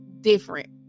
different